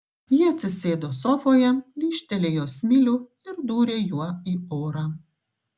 ji atsisėdo sofoje lyžtelėjo smilių ir dūrė juo į orą